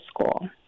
school